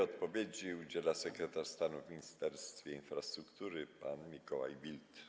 Odpowiedzi udziela sekretarz stanu w Ministerstwie Infrastruktury pan Mikołaj Wild.